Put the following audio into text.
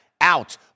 Out